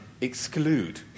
exclude